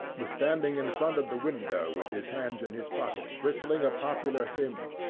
was standing in front of the window with his hands in his pocket, whistling a popular hymn.